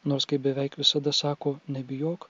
nors kaip beveik visada sako nebijok